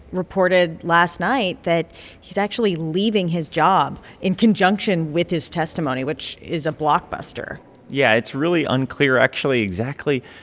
reported last night that he's actually leaving his job in conjunction with his testimony, which is a blockbuster yeah. it's really unclear actually, exactly.